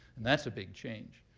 and that's a big change.